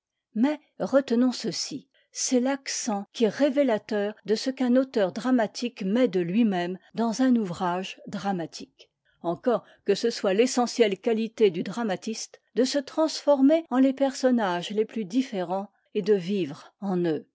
mais retenons ceci c'est l'accent qui est révélateur de ce qu'un auteur dramatique met de lui-même dans un ouvrage dramatique encore que ce soit l'essentielle qualité du dramatiste de se transformer en les personnages les plus différents et de vivre en eux